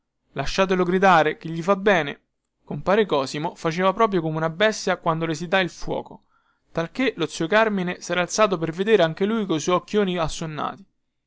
lasciatelo gridare che gli fa bene compare cosimo faceva proprio come una bestia quando le si dà il fuoco talchè lo zio carmine sera alzato per vedere anche lui coi suoi occhioni assonnati